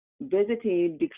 visiting